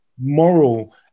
moral